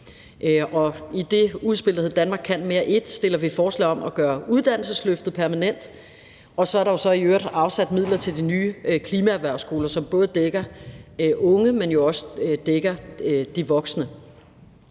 I det udspil, der hedder »Danmark kan mere I«, stiller vi forslag om at gøre uddannelsesløftet permanent, og så er der jo i øvrigt afsat midler til de nye klimaerhvervsskoler, som omfatter unge, men jo også omfatter de voksne.